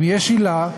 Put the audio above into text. אם יש עילה,